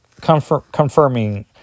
Confirming